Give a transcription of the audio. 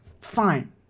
fine